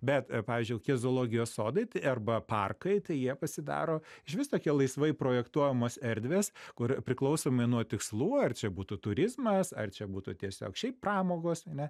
bet pavyzdžiui kokie zoologijos sodai t arba parkai tai jie pasidaro išvis tokie laisvai projektuojamos erdvės kur priklausomai nuo tikslų ar čia būtų turizmas ar čia būtų tiesiog šiaip pramogos ane